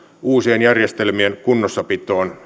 uusien järjestelmien kunnossapitoon